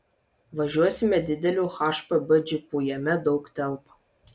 važiuosime dideliu hpb džipu jame daug telpa